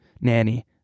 Nanny